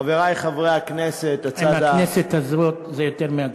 חברי חברי הכנסת, עם הכנסת הזאת זה יותר מאתגר.